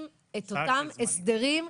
וחברת הכנסת מיכל וולדיגר,